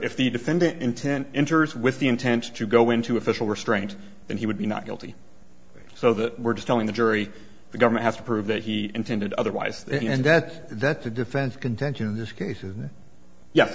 if the defendant intent enters with the intent to go into official restraint then he would be not guilty so that we're just telling the jury the government has to prove that he intended otherwise and that that the defense contention in this case is